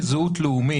כזהות לאומית.